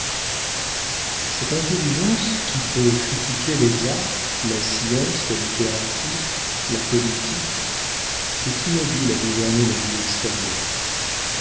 cette intelligence qui peut critiquer les arts la science la littérature la politique est inhabile à gouverner la vie extérieure